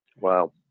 Wow